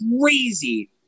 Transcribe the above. crazy